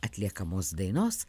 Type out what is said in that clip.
atliekamos dainos